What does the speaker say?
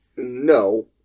No